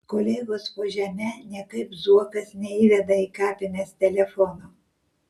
kolegos po žeme niekaip zuokas neįveda į kapines telefono